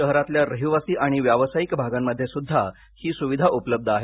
शहरातल्या रहिवासी आणि व्यावसायिक भागांमध्येसुद्धा ही सुविधा उपलब्ध आहे